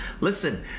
Listen